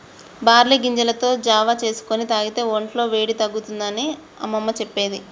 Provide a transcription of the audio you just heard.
barley గింజలతో జావా చేసుకొని తాగితే వొంట్ల వేడి తగ్గుతుంది అని అమ్మమ్మ చెప్పేది